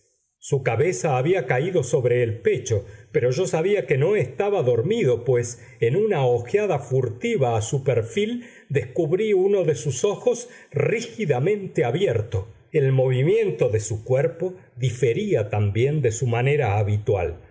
su cabeza había caído sobre el pecho pero yo sabía que no estaba dormido pues en una ojeada furtiva a su perfil descubrí uno de sus ojos rígidamente abierto el movimiento de su cuerpo difería también de su manera habitual